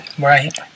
Right